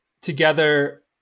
together